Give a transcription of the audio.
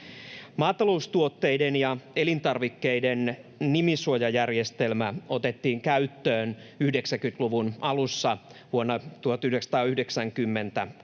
Maataloustuotteiden ja elintarvikkeiden nimisuojajärjestelmä otettiin käyttöön 90-luvun alussa, vuonna 1993.